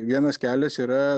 vienas kelias yra